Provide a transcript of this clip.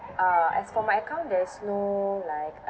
uh as for my account there's no like